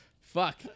Fuck